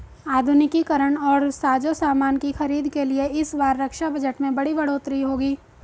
आधुनिकीकरण और साजोसामान की खरीद के लिए इस बार रक्षा बजट में बड़ी बढ़ोतरी होगी